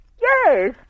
Yes